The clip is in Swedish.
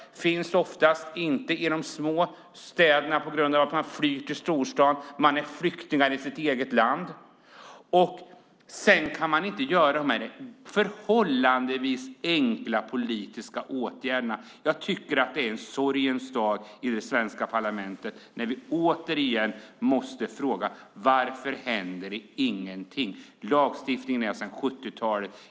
Den finns oftast inte i de små städerna på grund av att människor flyr till storstaden. De är flyktingar i sitt eget land. Man kan inte vidta de förhållandevis enkla politiska åtgärderna. Det är en sorgens dag i det svenska parlamentet när vi åter måste fråga: Varför händer det ingenting? Lagstiftningen är från 70-talet.